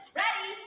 ready